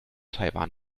taiwan